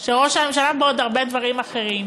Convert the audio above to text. של ראש הממשלה בעוד הרבה דברים אחרים.